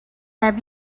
have